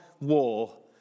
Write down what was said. war